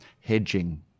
hedging